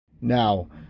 Now